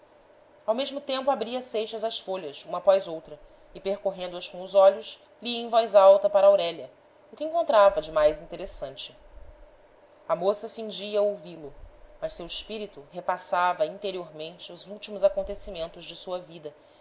ao mesmo tempo abria seixas as folhas uma após outra e percorrendo as com os olhos lia em voz alta para aurélia o que encontrava de mais interessante a moça fingia ouvi-lo mas seu espírito repassava interiormente os últimos acontecimentos de sua vida